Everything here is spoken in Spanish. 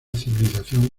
civilización